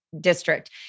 district